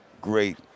great